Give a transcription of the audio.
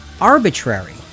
arbitrary